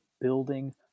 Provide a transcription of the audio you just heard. building